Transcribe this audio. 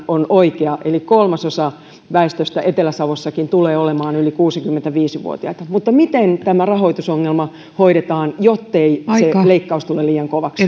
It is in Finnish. on oikea eli kolmasosa väestöstä etelä savossakin tulee olemaan yli kuusikymmentäviisi vuotiaita mutta miten tämä rahoitusongelma hoidetaan jottei se leikkaus tule liian kovaksi